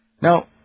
Now